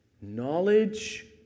knowledge